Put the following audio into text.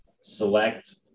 Select